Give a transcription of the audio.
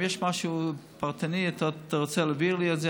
אם יש משהו פרטני ואתה רוצה להעביר לי את זה,